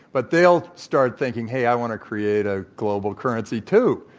but they'll start thinking, hey, i want to create a global currency too.